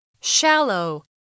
Shallow